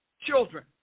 children